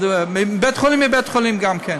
מבית חולים לבית חולים גם כן.